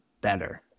better